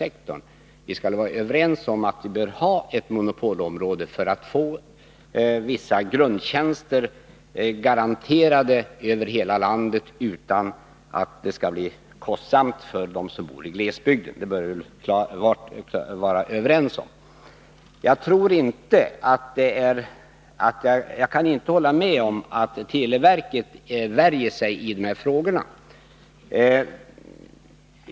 Men jag tror att vi kan vara överens om att vi bör ha ett monopolområde, för att få vissa grundtjänster garanterade över hela landet utan att det skall bli kostsamt för dem som bor i glesbygd — det bör vi vara överens om. Jag kan inte hålla med om att televerket värjer sig i de här frågorna.